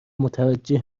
متوجه